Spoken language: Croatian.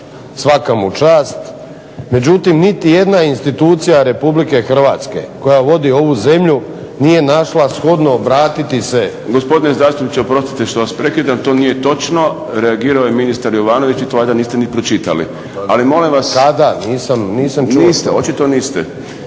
svaka mu čast. Međutim niti jedna institucija Republike Hrvatske koja vodi ovu zemlju nije našla shodno obratiti se **Šprem, Boris (SDP)** Gospodine zastupniče oprostite što vas prekidam, to nije točno. Reagirao je ministar Jovanović, vi to valjda niste ni pročitali. Ali molim vas. **Vinković, Zoran